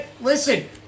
Listen